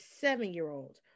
seven-year-old